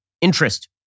interest